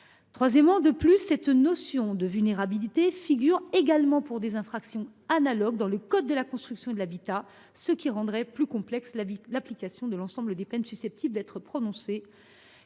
cohérent. De plus, cette notion de vulnérabilité est également invoquée pour des infractions analogues dans le code de la construction et de l’habitat, ce qui rendrait plus complexe l’application de l’ensemble des peines susceptibles d’être prononcées